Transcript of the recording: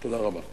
תודה רבה.